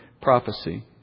prophecy